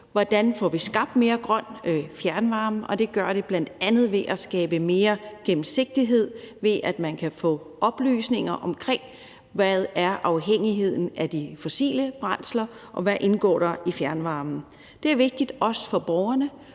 hvordan vi får skabt mere grøn fjernvarme. Det gør vi bl.a. ved at skabe mere gennemsigtighed, ved at man kan få oplysning om, hvor stor afhængigheden af de fossile brændsler er, og hvad der indgår i fjernvarmen. Det er også vigtigt for borgerne,